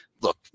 Look